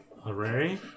Hooray